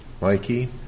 Mikey